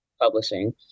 Publishing